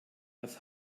was